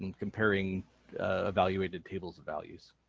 and comparing evaluated tables of values.